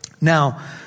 Now